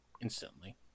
instantly